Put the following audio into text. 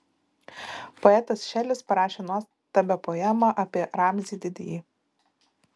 poetas šelis parašė nuostabią poemą apie ramzį didįjį